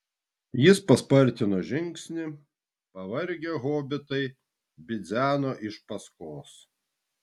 jis paspartino žingsnį pavargę hobitai bidzeno iš paskos